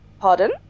pardon